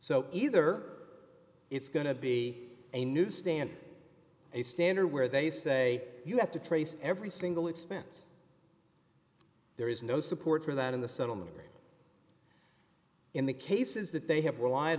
so either it's going to be a new stand a standard where they say you have to trace every single expense there is no support for that in the settlement in the cases that they have relied